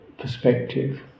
perspective